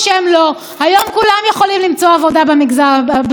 היום כולם יכולים למצוא עבודה במגזר הציבורי.